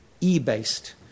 e-based